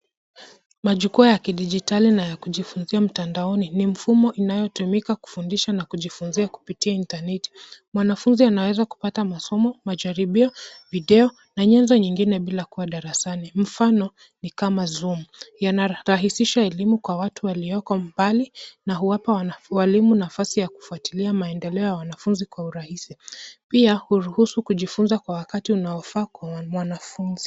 Majukwaa ya kidijitali na ya kujifunzia mtandaoni, ni mfumo inayotumika kufundisha na kujifunzia kupitia intaneti . Mwanafunzi anaweza kupata masomo, majaribio, video na nyenzo nyingine bila kuwa darasani, mfano ni kama Zoom. Yanarahisisha elimu kwa watu walioko mbali na huwapa walimu nafasi ya kufuatilia maendeleo ya wanafunzi kwa urahisi. Pia hurusu kujifunza kwa wakati unaofaa kwa mwanafunzi.